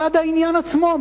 מצד העניין עצמו,